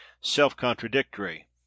self-contradictory